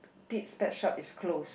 Pit's pet shop is closed